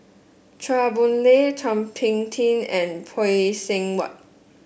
Chua Boon Lay Thum Ping Tjin and Phay Seng Whatt